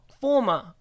former